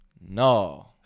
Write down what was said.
no